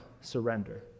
surrender